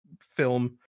film